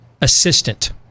assistant